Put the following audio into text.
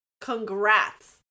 congrats